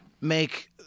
make